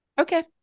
Okay